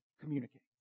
communicate